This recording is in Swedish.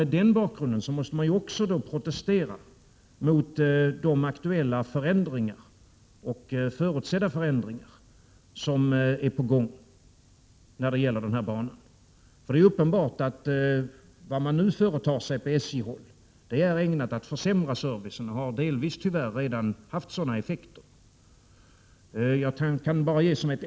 Med den bakgrunden måste man också protestera mot de aktuella och förutsedda förändringar som är på gång när det gäller denna bana. Det är uppenbart att vad man nu företar sig på SJ-håll är ägnat att försämra servicen, och det har delvis tyvärr redan haft sådana effekter.